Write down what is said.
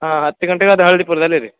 ಹಾಂ ಹತ್ತು ಗಂಟೆಗೆ ಅದು ಹಳ್ದಿಪುರದಲ್ಲಿ ಇರಿ